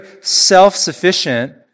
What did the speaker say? self-sufficient